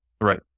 Right